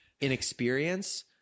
inexperience